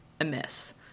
amiss